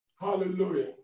Hallelujah